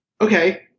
okay